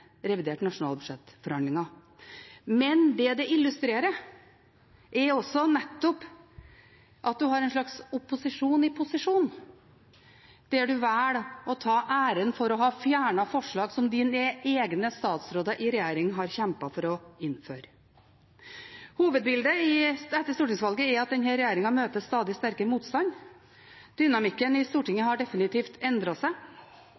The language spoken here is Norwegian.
revidert nasjonalbudsjett. Men det som det illustrerer, er nettopp at man har en slags opposisjon i posisjon, der man velger å ta æren for å ha fjernet forslag som egne statsråder i regjering har kjempet for å innføre. Hovedbildet etter stortingsvalget er at denne regjeringen møter stadig sterkere motstand. Dynamikken i Stortinget har definitivt endret seg.